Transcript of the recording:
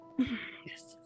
Yes